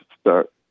start